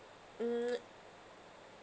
um